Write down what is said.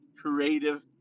creative